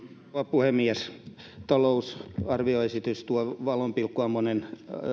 puhemies talousarvioesitys tuo valopilkkuja monen